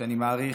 שאני מעריך,